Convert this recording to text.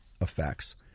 effects